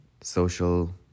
social